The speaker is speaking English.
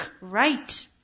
right